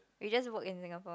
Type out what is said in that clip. we just work in Singapore